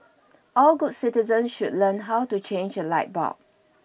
all good citizens should learn how to change a light bulb